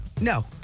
No